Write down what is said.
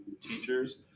teachers